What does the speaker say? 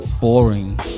boring